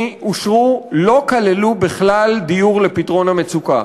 אישרו לא כללו בכלל דיור לפתרון המצוקה.